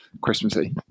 Christmassy